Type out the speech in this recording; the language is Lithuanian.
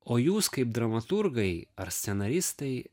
o jūs kaip dramaturgai ar scenaristai